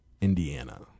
Indiana